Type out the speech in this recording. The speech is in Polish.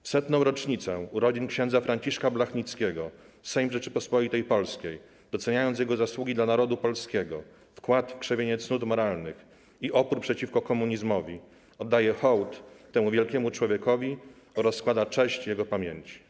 W 100. rocznicę urodzin księdza Franciszka Blachnickiego Sejm Rzeczypospolitej Polskiej, doceniając Jego zasługi dla narodu polskiego, wkład w krzewienie cnót moralnych i opór przeciwko komunizmowi, oddaje hołd temu wielkiemu człowiekowi oraz składa cześć Jego pamięci”